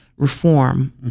reform